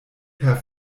per